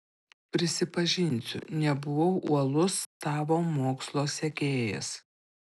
prisipažinsiu nebuvau uolus tavo mokslo sekėjas